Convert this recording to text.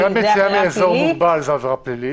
לא, גם ביציאה מאזור מוגבל זה עבירה פלילית.